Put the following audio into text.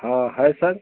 हाँ है सर